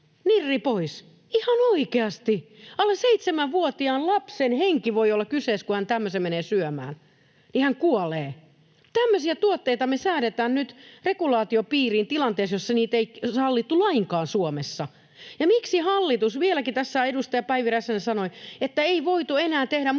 Nirri pois. Ihan oikeasti, alle seitsemänvuotiaan lapsen henki voi olla kyseessä, kun hän tämmöisen menee syömään. Hän kuolee. Tämmöisiä tuotteita me säädetään nyt regulaation piiriin tilanteessa, jossa niitä ei sallittu lainkaan Suomessa. Ja miksi hallitus sanoo, vieläkin tässä edustaja Päivi Räsänen sanoi, että ei voitu enää tehdä muutoksia,